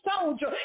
soldier